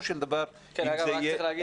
רק צריך להגיד